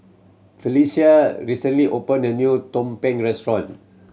Felicie recently opened a new tumpeng restaurant